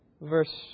Verse